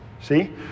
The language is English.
See